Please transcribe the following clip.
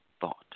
thought